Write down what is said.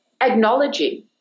acknowledging